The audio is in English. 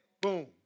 boom